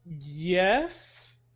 yes